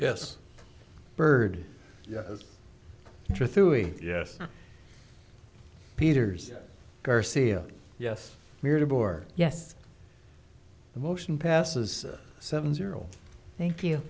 yes byrd yes peters garcia yes we're to board yes the motion passes seven zero thank you